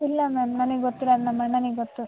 ಇಲ್ಲ ಮ್ಯಾಮ್ ನನಗೆ ಗೊತ್ತಿಲ್ಲ ನಮ್ಮ ಅಣ್ಣನಿಗೆ ಗೊತ್ತು